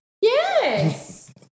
yes